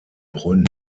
brünn